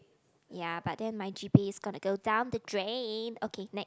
ya but then my g_p_a is gonna go down the drain okay ne~